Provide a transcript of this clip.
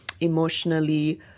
emotionally